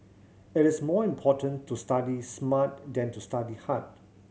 it is more important to study smart than to study hard